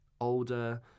older